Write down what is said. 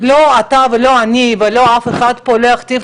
לא אתה ולא אני ולא אף אחד פה יכתיבו